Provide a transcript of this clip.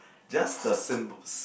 just the symbols